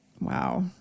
Wow